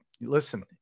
listen